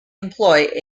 employ